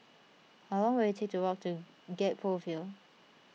how long will it take to walk to Gek Poh Ville